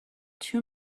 too